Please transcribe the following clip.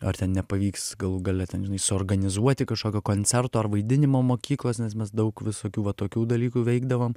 ar ten nepavyks galų gale ten žinai suorganizuoti kažkokio koncerto ar vaidinimo mokyklos nes mes daug visokių va tokių dalykų veikdavom